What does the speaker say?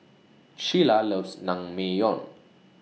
Sheila loves Naengmyeon